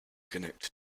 connect